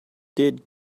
did